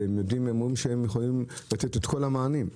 הם אומרים שהם יכולים לתת את כל המענים.